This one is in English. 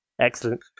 Excellent